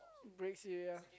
breaks yeah